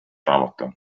raamatu